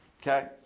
Okay